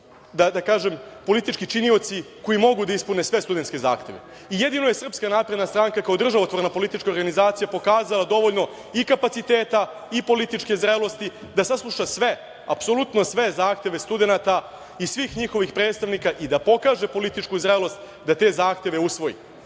da kažem, politički činioci koji mogu da ispune studentske zahteve. Jedno je SNS kao državotvorna politička organizacija pokazala dovoljno i kapaciteta i političke zrelosti da sasluša sve, apsolutno sve zahteve studenata i svih njihovih predstavnika i da pokaže političku zrelost da te zahteve usvoji.